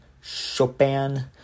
Chopin